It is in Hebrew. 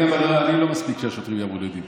לי לא מספיק שהשוטרים יעמדו לדין,